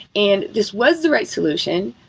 and this was the right solution.